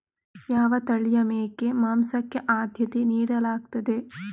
ಯಾವ ತಳಿಯ ಮೇಕೆ ಮಾಂಸಕ್ಕೆ ಆದ್ಯತೆ ನೀಡಲಾಗ್ತದೆ?